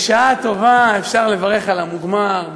בשעה טובה אפשר לברך על המוגמר.